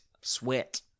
sweat